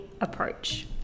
approach